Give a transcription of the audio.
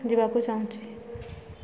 ଯିବାକୁ ଚାହୁଁଛି